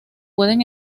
pueden